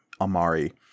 Amari